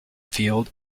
field